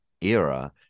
era